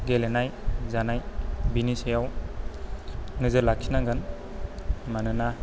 गेलेनाय जानाय बेनि सायाव नोजोर लाखिनांगोन मानोना